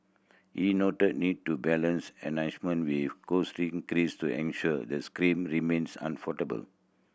he noted need to balance enhancement with cost increase to ensure the scheme remains affordable